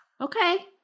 Okay